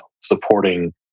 supporting